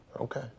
Okay